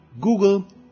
Google